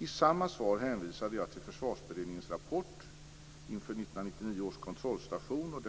I samma svar hänvisade jag till Försvarsberedningens rapport inför 1999 års kontrollstation (Ds